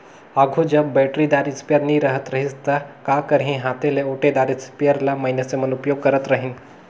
आघु जब बइटरीदार इस्पेयर नी रहत रहिस ता का करहीं हांथे में ओंटेदार इस्परे ल मइनसे मन उपियोग करत रहिन